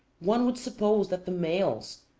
one would suppose that the males,